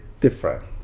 different